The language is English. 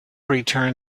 return